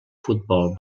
futbol